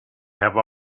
have